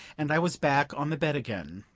and i was back on the bed again.